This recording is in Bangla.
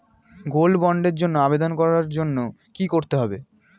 গোল্ড বন্ডের জন্য আবেদন করার জন্য কি করতে হবে?